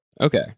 okay